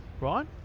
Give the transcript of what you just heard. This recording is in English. right